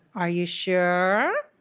are you sure?